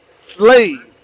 slaves